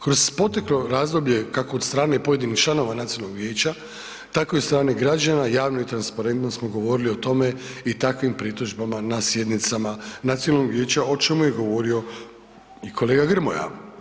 Kroz proteklo razdoblje kako od strane pojedinih članova nacionalnog vijeća tako i od strane građana, javno i transparentno smo govorili o tome i takvim pritužbama na sjednicama nacionalnog vijeća o čemu je govorio i kolega Grmoja.